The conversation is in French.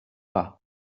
pas